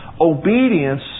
Obedience